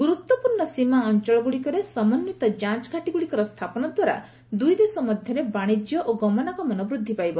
ଗୁରୁତ୍ୱପୂର୍ଣ୍ଣ ସୀମା ଅଞ୍ଚଳଗୁଡ଼ିକରେ ସମନ୍ଧିତ ଯାଞ୍ଚ୍ ଘାଟିଗୁଡ଼ିକର ସ୍ଥାପନ ଦ୍ୱାରା ଦୁଇଦେଶ ମଧ୍ୟରେ ବାଣିଜ୍ୟ ଓ ଗମନାଗମନ ବୃଦ୍ଧି ପାଇବ